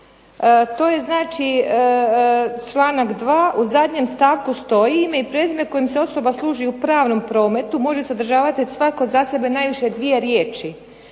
To je znači članak 2. u zadnjem stavku stoji "Ime i prezime kojim se osoba služi u pravnom prometu može sadržavati svako za sebe najviše dvije riječi".